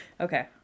okay